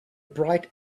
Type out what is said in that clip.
bright